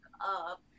up